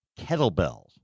kettlebells